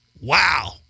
Wow